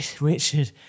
Richard